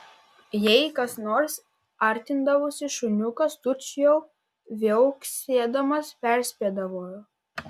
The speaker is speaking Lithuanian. jei kas nors artindavosi šuniukas tučtuojau viauksėdamas perspėdavo